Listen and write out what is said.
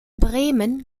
bremen